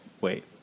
wait